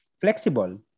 flexible